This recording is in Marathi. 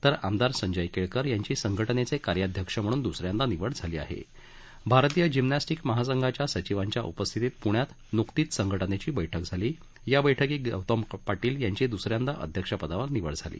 तर आमदार संजय केळकर यांची संघटनेचे कार्याध्यक्ष म्हणून दुसऱ्यांदा निवड झाली आहे भारतीय जिम्नॅस्टिक महासंघाच्या सचिवांच्या उपस्थितीत पूण्यात नुकतीच संघटनेची बैठक झाली या बैठकीत गौतम पाटील यांची दुसऱ्यांदा अध्यक्षपदावर निवड झाली